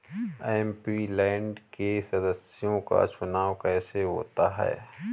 MP land के सदस्यों का चुनाव कैसे होता है?